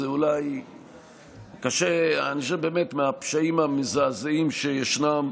אני חושב שזה מהפשעים המזעזעים שישנם,